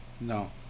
No